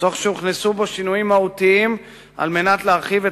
והוכנסו בו שינויים מהותיים על מנת להרחיב את